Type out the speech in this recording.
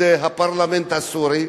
התאספו הפרלמנט הסורי,